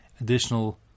additional